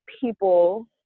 people